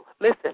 listen